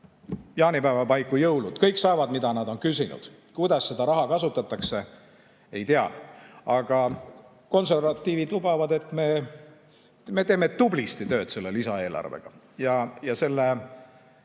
jaanipäeva paiku jõulud: kõik saavad, mida nad on küsinud, Kuidas seda raha kasutatakse, ei tea. Aga konservatiivid lubavad, et me teeme tublisti tööd selle lisaeelarvega. Me